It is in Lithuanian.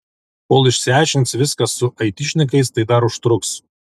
kol išsiaiškins viską su aitišnikais tai dar užtruks